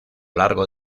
largo